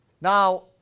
Now